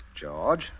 George